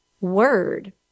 word